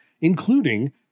including